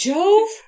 Jove